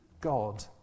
God